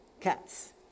cats